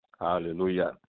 Hallelujah